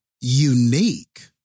unique